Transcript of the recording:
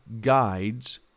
guides